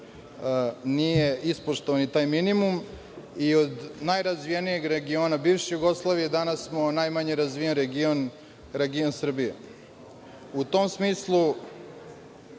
nije ispoštovan ni taj minimum i od najrazvijenijeg regiona bivše Jugoslavije danas smo najmanje razvijeni region Srbije. U tom smislu